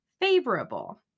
favorable